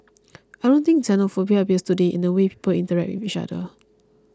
I don't think xenophobia appears today in the way people interact with each other